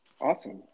Awesome